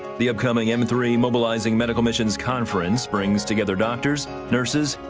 the upcoming m three mobilizing medical missions conference brings together doctors, nurses,